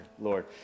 Lord